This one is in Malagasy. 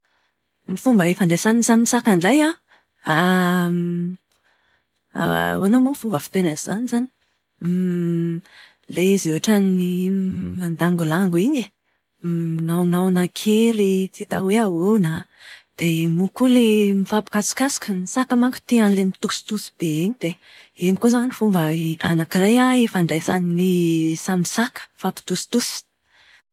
Ny fomba ifandraisan'ny samy saka indray an. Ahoana moa ny fomba fiteny an'izany izany? Ilay izy ohatran'ny mandangolango iny e. Minaonaona kely tsy hita hoe ahoana a. Dia moa koa ilay mifampikasokasoka. Ny saka manko tia an'ilay mitositosy be iny dia iny koa izao an ny fomba anakiray ifandraisan'ny samy saka. Mifampitositosy.